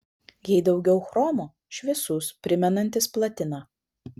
jei daugiau chromo šviesus primenantis platiną